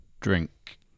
drink